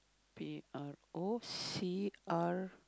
P_R_O_C_R